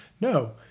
No